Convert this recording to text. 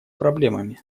проблемами